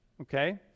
okay